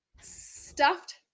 stuffed